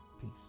Peace